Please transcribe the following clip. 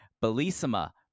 Bellissima